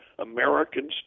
Americans